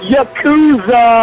Yakuza